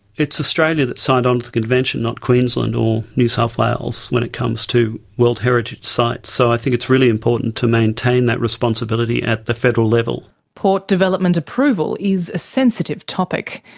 it's australia that has signed onto the convention, not queensland or new south wales when it comes to world heritage sites, so i think it's really important to maintain that responsibility at the federal level. port development approval is a sensitive topic.